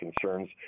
concerns